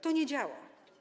To nie działa.